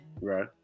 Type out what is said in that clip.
right